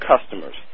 customers